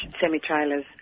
semi-trailers